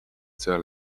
seal